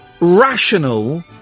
rational